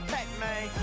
Pac-Man